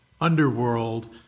underworld